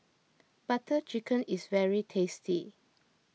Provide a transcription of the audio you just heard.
Butter Chicken is very tasty